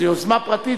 זו יוזמה פרטית,